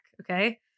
Okay